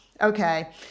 Okay